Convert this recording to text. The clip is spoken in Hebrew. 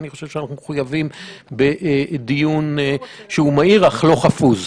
אני חושב שאנחנו מחויבים בדיון שהוא מהיר אך לא חפוז.